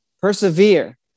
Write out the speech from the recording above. Persevere